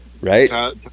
Right